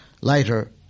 Later